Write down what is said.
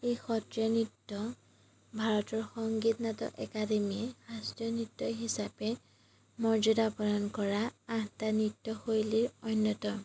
এই সত্ৰীয়া নৃত্য ভাৰতৰ সংগীত নাটক একাডেমীয়ে শাস্ত্ৰীয় নৃত্য হিচাপে মৰ্যাদা প্ৰাদান কৰা আঠটা নৃত্যশৈলীৰ অন্যতম